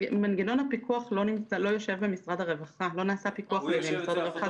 מנגנון הפיקוח לא נמצא במשרד הרווחה אלא באפוטרופוס הכללי.